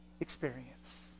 experience